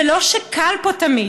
זה לא שקל פה תמיד,